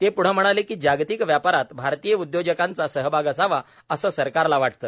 ते प्ढं म्हणाले की जागतिक व्यापारात भारतीय उद्योजकांचा सहभाग असावा असं सरकारला वाटते